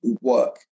work